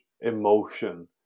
emotion